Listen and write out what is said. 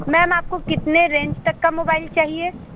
ma'am आपको कितने range तक का मोबाइल चाहिए